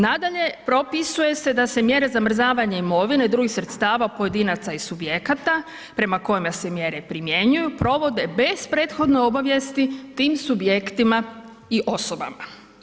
Nadalje, propisuje se da se mjere zamrzavanja imovine, drugih sredstava, pojedinaca i subjekata prema kojima se mjere i primjenjuju provode bez prethodne obavijesti tim subjektima i osobama.